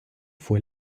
fue